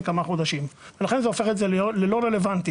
זה כמה חודשים ולכן זה הופך את זה ללא רלוונטי.